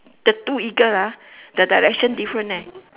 the two eagle ah the direction different eh